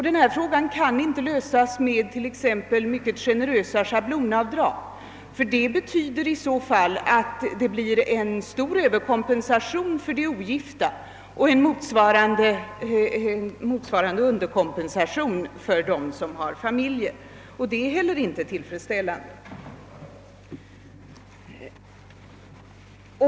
Denna fråga kan inte lösas t.ex. med mycket generösa schablonavdrag, därför att det betyder i så fall att det blir en stor överkompensation för de ogifta och en motsvarande underkompensation för dem som har familjer, vilket inte heller är tillfredsställande.